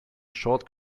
short